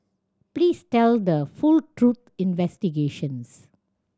please tell the full truth investigations